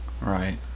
Right